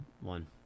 one